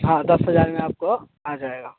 हाँ दस हज़ार में आपको आ जाएगा